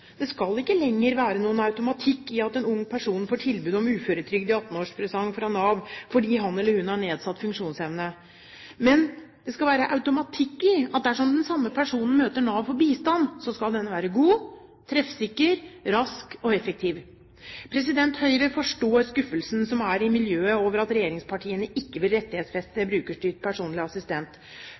Det skal ikke lenger være noen automatikk i at en ung person får tilbud om uføretrygd i 18-årspresang fra Nav fordi han eller hun har nedsatt funksjonsevne. Men det skal være automatikk i at dersom den samme personen møter Nav for bistand, så skal denne være god, treffsikker, rask og effektiv. Høyre forstår skuffelsen som er i miljøet over at regjeringspartiene ikke vil rettighetsfeste brukerstyrt personlig assistent.